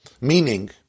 Meaning